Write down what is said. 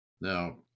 Now